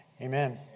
amen